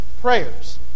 prayers